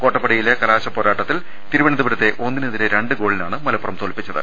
കോട്ടപ്പടിയിലെ കലാശപ്പോരാട്ടത്തിൽ തിരുവനന്ത പുരത്തെ ഒന്നിനെതിരെ രണ്ടുഗോളിനാണ് മലപ്പുറം തോൽപ്പിച്ചത്